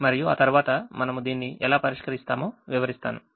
మరియు ఆ తర్వాత మనము దీన్ని ఎలా పరిష్కరిస్తామో వివరిద్దాము